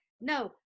no